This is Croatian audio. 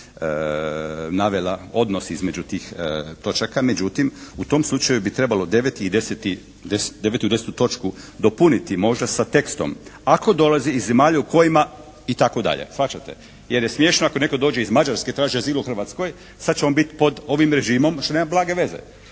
navela odnos između tih točaka. Međutim u tom slučaju bi trebalo 9. i 10. točku dopuniti možda sa tekstom. Ako dolazi iz zemalja u kojima itd. Shvaćate. Jer je smiješno ako netko dođe iz Mađarske i traži azil u Hrvatskoj, sad će on bit pod ovim režimom što nema blage veze.